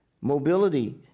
mobility